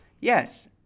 yes